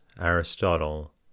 Aristotle